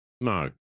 No